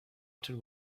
ever